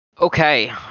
Okay